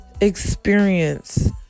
experience